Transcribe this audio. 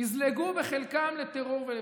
יזלגו בחלקם לטרור ולפשיעה.